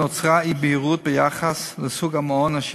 נוצרה אי-בהירות ביחס לסוג המעון אשר